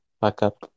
backup